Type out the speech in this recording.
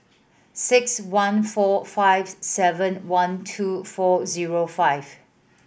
six one four five seven one two four zero five